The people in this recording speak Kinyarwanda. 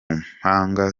mpanga